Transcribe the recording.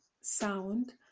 sound